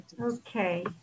Okay